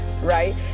right